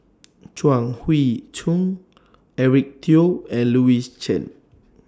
Chuang Hui Tsuan Eric Teo and Louis Chen